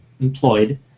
employed